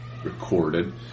Recorded